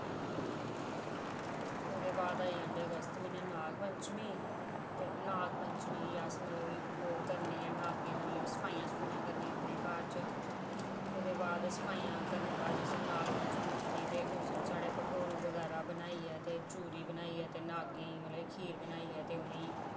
ते ओह्दे बाद आई जंदा अगस्त म्हीनै नागपंचमी ते नागपंचमीं पर अस ओह् करने नागें दी मतलब सफाई करने ते ओह्दे बाद सफाइयां करने दे बाद नागपंचमी होंदी ते उस दिन साढ़े भोग बगैरा बनाइयै ते चूरी बनाइयै नागें ई मतलब की खीर बनाइयै उनेंगी